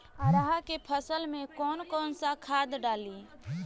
अरहा के फसल में कौन कौनसा खाद डाली?